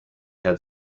had